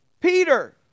Peter